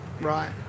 right